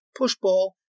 pushball